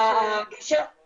כל משרדי הממשלה,